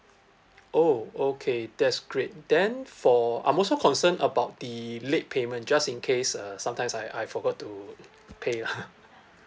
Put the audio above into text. oh okay that's great then for I'm also concerned about the late payment just in case uh sometimes I I forgot to pay lah